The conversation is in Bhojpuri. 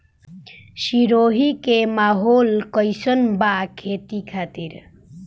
सिरोही के माहौल कईसन बा खेती खातिर?